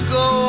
go